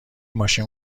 ماشین